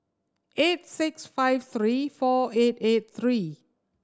eight six five three four eight eight three